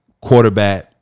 Quarterback